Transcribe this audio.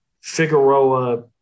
Figueroa